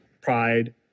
pride